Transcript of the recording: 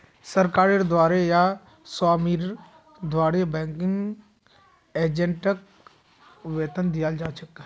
सरकारेर द्वारे या स्वामीर द्वारे बैंकिंग एजेंटक वेतन दियाल जा छेक